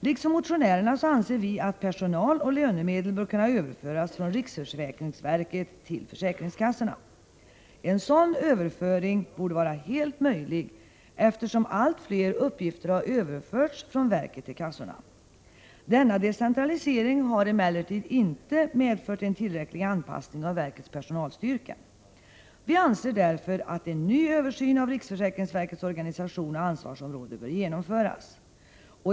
Liksom motionärerna anser vi att personal och lönemedel bör kunna överföras från riksförsäkringsverket till försäkringskassorna. En sådan överföring borde vara helt möjlig, eftersom allt fler uppgifter överförts från verket till kassorna. Denna decentralisering har emellertid inte medfört en tillräcklig anpassning av verkets personalstyrka. Vi anser därför att en ny översyn av riksförsäkringsverkets organisation och ansvarsområde bör genomföras.